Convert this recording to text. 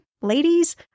ladies